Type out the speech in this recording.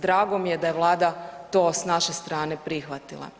Drago mi je da je Vlada to s naše strane prihvatila.